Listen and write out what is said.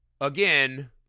Again